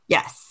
Yes